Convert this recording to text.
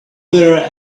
there